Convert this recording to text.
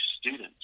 students